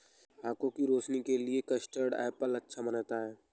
आँखों की रोशनी के लिए भी कस्टर्ड एप्पल अच्छा माना जाता है